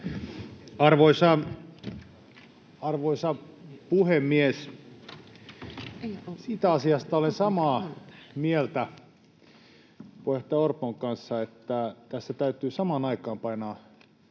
Arvoisa puhemies! Siitä asiasta olen samaa mieltä puheenjohtaja Orpon kanssa, että tässä täytyy samaan aikaan painaa